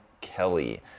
kelly